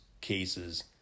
cases